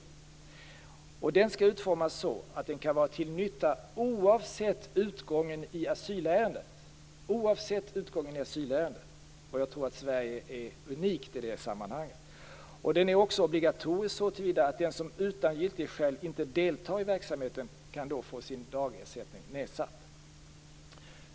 Verksamheten skall utformas så att den kan vara till nytta, oavsett utgången i asylärendet. Jag tror att Sverige är unikt i det sammanhanget. Verksamheten är också obligatorisk så till vida att den som utan giltigt skäl inte deltar i den kan få sin dagersättning nedsatt.